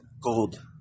Gold